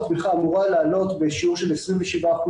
התמיכה אמורה לעלות בשיעור של 27%,